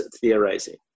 theorizing